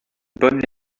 bonnes